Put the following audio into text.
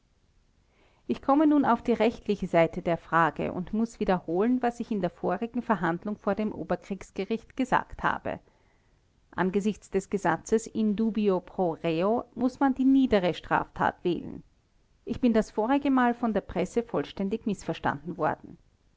ich komme nun auf die rechtliche seite der frage und muß wiederholen was ich in der vorigen verhandlung vor dem oberkriegsgericht gesagt habe angesichts des grundsatzes in dubio pro reo muß man die niedere strafart wählen ich bin das vorige mal von der presse vollständig mißverstanden worden